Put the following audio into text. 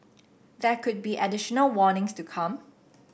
there could be additional warnings to come